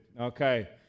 Okay